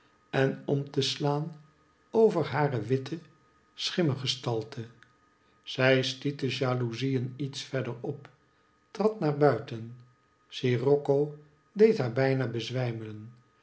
en om te slaan over hare witte schimmegestalte zij stiet de jalouzieen iets verder op trad naar buiten scirocco deed haar bijna bezwijmen